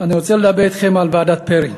אני רוצה לדבר אתכם על ועדת פרי.